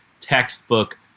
textbook